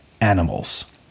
animals